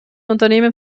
unternehmen